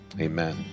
Amen